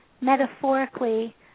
metaphorically